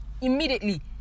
immediately